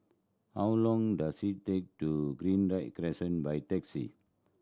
how long does it take to Greenridge Crescent by taxi